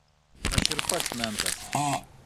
aš ir pats mentas